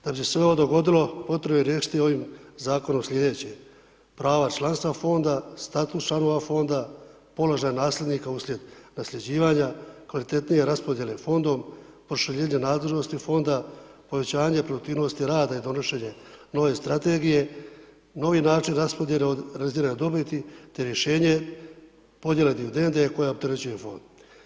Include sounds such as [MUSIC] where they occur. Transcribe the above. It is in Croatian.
Da bi se sve ovo dogodilo potrebno je riješiti ovim zakonom sljedeće, prava članstva fonda, status članova fonda, položaj nasljednika uslijed nasljeđivanja, kvalitetnije raspodijele fondom, proširenje nadležnosti fonda, povećanje … [UNINTELLIGIBLE] rada i donošenje nove strategije, novi način raspodijele od … [UNINTELLIGIBLE] dobiti te rješenje podjele dividende koje opterećuje fond.